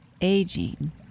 aging